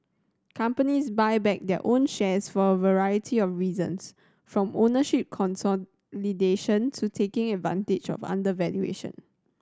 companies buy back their own shares for a variety of reasons from ownership consolidation to taking advantage of undervaluation